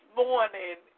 morning